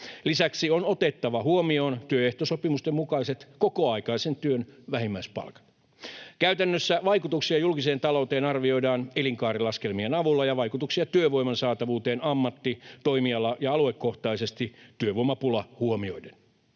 Lisäksi on otettava huomioon työehtosopimusten mukaiset kokoaikaisen työn vähimmäispalkat. Käytännössä vaikutuksia julkiseen talouteen arvioidaan elinkaarilaskelmien avulla ja vaikutuksia työvoiman saatavuuteen ammatti-, toimiala- ja aluekohtaisesti työvoimapula huomioiden.